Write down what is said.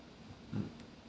mm